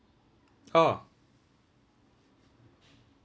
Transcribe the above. orh